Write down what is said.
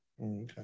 Okay